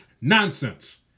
Nonsense